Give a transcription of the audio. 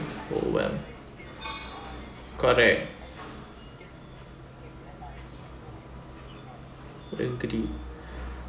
overwhelmed correct